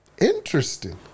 Interesting